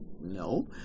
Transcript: no